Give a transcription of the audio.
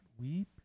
weep